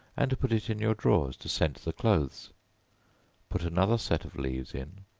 and put it in your drawers to scent the clothes put another set of leaves in,